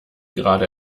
gerade